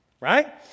right